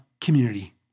community